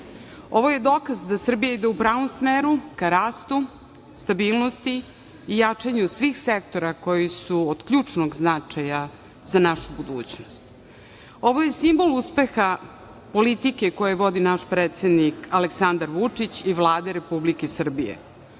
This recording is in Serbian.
je dokaz da Srbija ide u pravom smeru, ka rastu, stabilnosti i jačanju svih sektora koji su od ključnog značaja za našu budućnost. Ovo je simbol uspeha politike koju vodi naš predsednik Aleksandar Vučić i Vlade Republike Srbije.